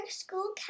school